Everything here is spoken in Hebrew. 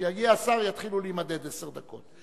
כשיגיע השר יתחילו להימדד עשר דקות.